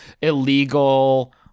illegal